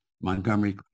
Montgomery